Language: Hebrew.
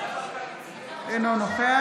אינו נוכח